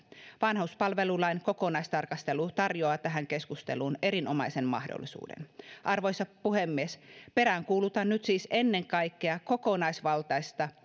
vanhuspalvelulain kokonaistarkastelu tarjoaa tähän keskusteluun erinomaisen mahdollisuuden arvoisa puhemies peräänkuulutan nyt siis ennen kaikkea kokonaisvaltaista